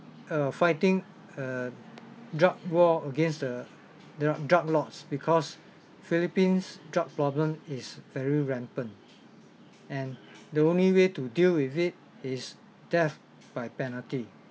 are fighting a drug war against the dru~ drug lords because philippines drug problem is very rampant and the only way to deal with it is death by penalty